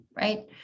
right